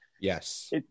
yes